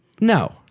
No